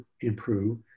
improve